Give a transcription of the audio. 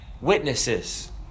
witnesses